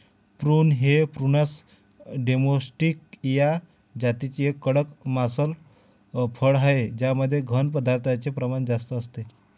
prune हे प्रूनस डोमेस्टीया जातीचे एक कडक मांसल फळ आहे ज्यामध्ये घन पदार्थांचे प्रमाण जास्त असते